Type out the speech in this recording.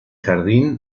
jardín